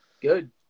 Good